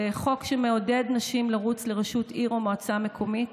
זה חוק שמעודד נשים לרוץ לראשות עיר או מועצה מקומית